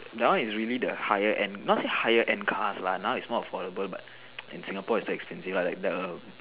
that one is really the higher end not say higher end cars lah now is more affordable but in Singapore is still expensive like the